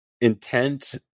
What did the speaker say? intent